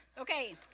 Okay